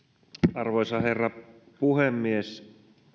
arvoisa herra puhemies